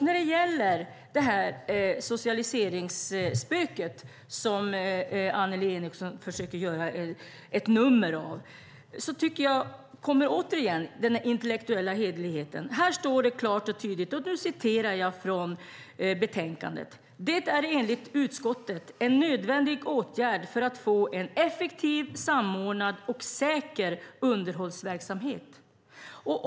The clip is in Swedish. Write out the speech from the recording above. När det gäller socialiseringsspöket, som Annelie Enochson försöker göra ett nummer av, kommer återigen frågan om den intellektuella hederligheten upp. Det står klart och tydligt i betänkandet: "Det är enligt utskottet en nödvändig åtgärd för att få en effektiv, samordnad och säker underhållsverksamhet."